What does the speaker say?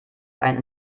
einen